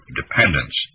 dependence